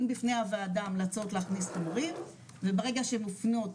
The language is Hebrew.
בפני הוועדה המלצות להכניס חומרים וברגע שמופנות,